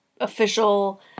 official